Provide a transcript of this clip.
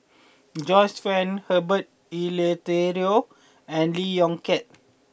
Joyce Fan Herbert Eleuterio and Lee Yong Kiat